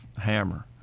hammer